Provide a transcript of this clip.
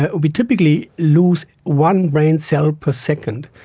ah we typically lose one brain cell per second.